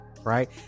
right